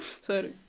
Sorry